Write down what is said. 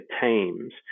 teams